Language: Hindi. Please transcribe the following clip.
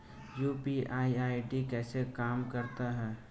यू.पी.आई आई.डी कैसे काम करता है?